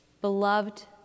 Beloved